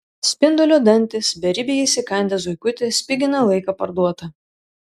spindulio dantys beribiai įsikandę zuikutį spigina laiką parduotą